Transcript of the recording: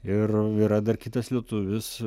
ir yra dar kitas lietuvis